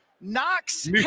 Knox